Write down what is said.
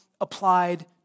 applied